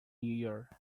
year